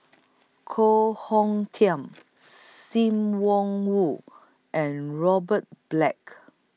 Koh Hong Teng SIM Wong Woo and Robert Black